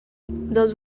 those